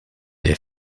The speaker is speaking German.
der